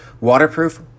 waterproof